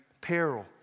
peril